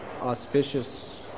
auspicious